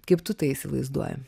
kaip tu tai įsivaizduoji